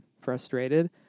frustrated